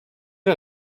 hat